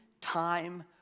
time